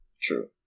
True